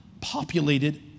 populated